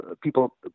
people